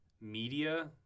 media